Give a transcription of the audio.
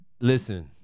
Listen